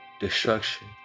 Destruction